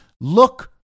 look